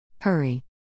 Hurry